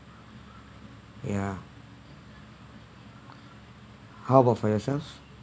ya how about for yourself